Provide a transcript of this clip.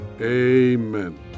amen